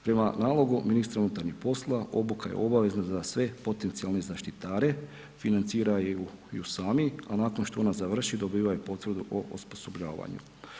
Prema nalogu ministra unutarnjih poslova, obuka je obavezna za sve potencijalne zaštitare, financiraju ju sami, a nakon što ona završi, dobivaju potvrdu o osposobljavanju.